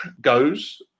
goes